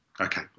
Okay